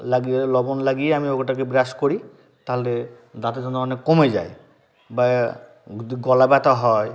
লাগিয়ে লবণ লাগিয়ে আমি ওটাকে ব্রাশ করি তালে দাঁতে যন্ত্রণা অনেক কমে যায় বা যদি গলা ব্যথা হয়